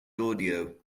audio